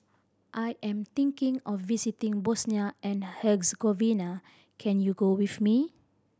I am thinking of visiting Bosnia and Herzegovina can you go with me